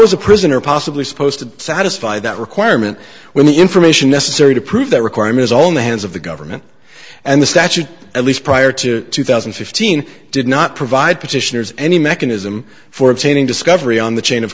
a prisoner possibly supposed to satisfy that requirement with the information necessary to prove that requirement is all in the hands of the government and the statute at least prior to two thousand and fifteen did not provide petitioners any mechanism for obtaining discovery on the chain of